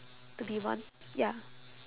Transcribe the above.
to be one ya